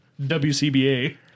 WCBA